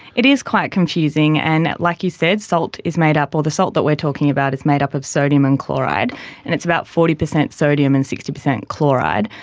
it is quite confusing and, like you said, salt is made up, or the salt that we are talking about is made up of sodium and chloride and it's about forty percent sodium and sixty percent chloride.